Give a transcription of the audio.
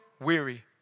weary